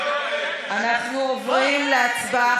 אנחנו עוברים להצבעה.